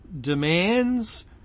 demands